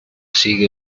sigue